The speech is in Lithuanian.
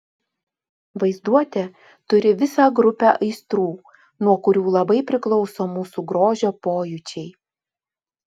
vaizduotė turi visą grupę aistrų nuo kurių labai priklauso mūsų grožio pojūčiai